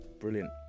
brilliant